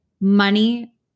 money